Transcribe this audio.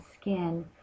skin